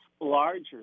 larger